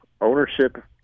ownership